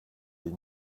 les